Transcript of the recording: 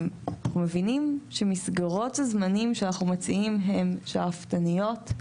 אנחנו מבינים שמסגרות הזמנים שאנחנו מציעים הן שאפתניות.